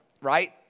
right